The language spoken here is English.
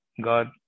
God